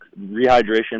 rehydration